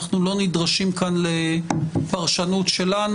אנחנו לא נדרשים כאן לפרשנות שלנו.